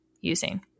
using